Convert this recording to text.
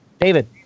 david